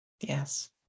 Yes